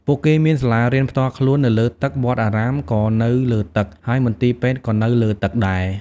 ពួកគេមានសាលារៀនផ្ទាល់ខ្លួននៅលើទឹក វត្តអារាមក៏នៅលើទឹក ហើយមន្ទីរពេទ្យក៏នៅលើទឹកដែរ។